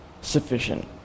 sufficient